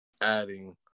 adding